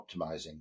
optimizing